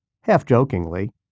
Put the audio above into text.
half-jokingly